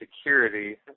security